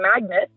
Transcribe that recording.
magnet